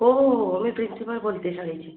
हो हो हो मी प्रिंसिपल बोलते आहे शाळेची